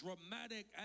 dramatic